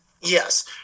Yes